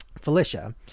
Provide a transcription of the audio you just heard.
Felicia